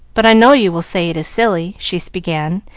but i know you will say it is silly, she began,